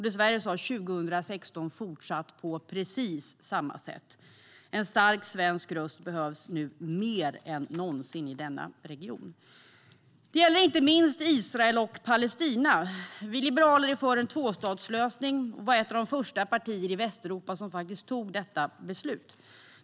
Dessvärre har 2016 fortsatt på precis samma sätt. En stark svensk röst behövs nu mer än någonsin i denna region. Det gäller inte minst Israel och Palestina. Vi liberaler är för en tvåstatslösning och var faktiskt ett av de första partierna i Västeuropa som tog detta beslut.